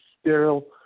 sterile